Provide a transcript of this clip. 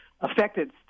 affected